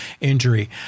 injury